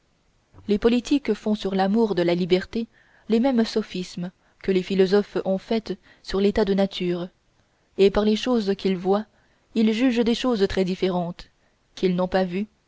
les politiques font sur l'amour de la liberté les mêmes sophismes que les philosophes ont faits sur l'état de nature par les choses qu'ils voient ils jugent des choses très différentes qu'ils n'ont pas vues